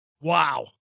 Wow